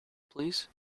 please